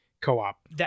co-op